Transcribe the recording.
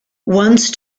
once